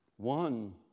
One